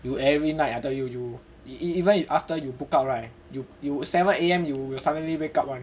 you every night I tell you you even after you book out right you you seven A_M you will suddenly wake up [one]